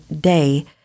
day